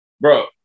Bro